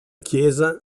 chiesa